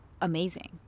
amazing